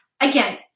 Again